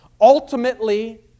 Ultimately